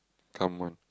come out